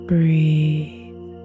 Breathe